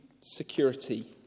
security